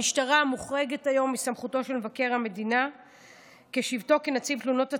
המשטרה מוחרגת היום מסמכותו של מבקר המדינה בשבתו כנציב תלונות הציבור,